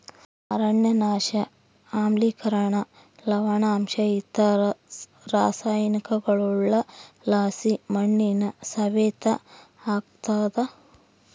ಅರಣ್ಯನಾಶ ಆಮ್ಲಿಕರಣ ಲವಣಾಂಶ ಇತರ ರಾಸಾಯನಿಕಗುಳುಲಾಸಿ ಮಣ್ಣಿನ ಸವೆತ ಆಗ್ತಾದ